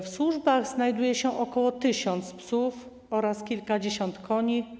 W służbach znajduje się ok. 1 tys. psów oraz kilkadziesiąt koni.